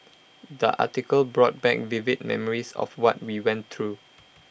the article brought back vivid memories of what we went through